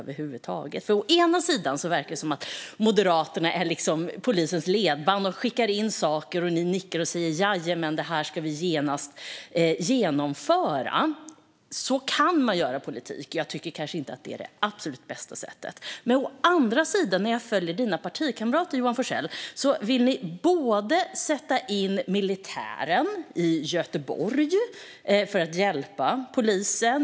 Å ena sidan verkar det som att Moderaterna är i polisens ledband. De skickar in saker, och ni nickar och säger: Jajamän, det här ska vi genast genomföra. Så kan man göra politik. Jag tycker kanske inte att det är det bästa sättet. Å andra sidan vill ni, när jag följer dina partikamrater, sätta in militären i Göteborg för att hjälpa polisen.